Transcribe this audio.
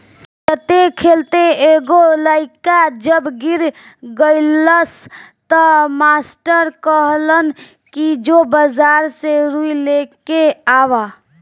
खेलते खेलते एगो लइका जब गिर गइलस त मास्टर कहलन कि जो बाजार से रुई लेके आवा